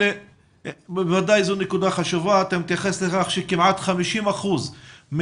זו בוודאי נקודה חשובה ואתה מתייחס לכך שכמעט 50 אחוזים